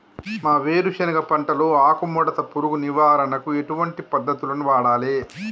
మా వేరుశెనగ పంటలో ఆకుముడత పురుగు నివారణకు ఎటువంటి పద్దతులను వాడాలే?